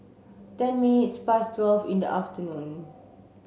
ten minutes past twelve in the afternoon